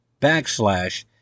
backslash